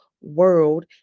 world